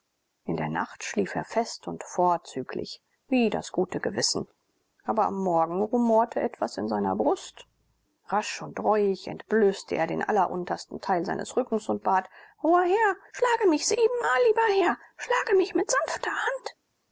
in der nacht schlief er fest und vorzüglich wie das gute gewissen aber am morgen rumorte etwas in seiner brust rasch und reuig entblößte er den alleruntersten teil seines rückens und bat hoher herr schlage mich siebenmal lieber herr schlage mich mit sanfter hand